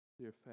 Dear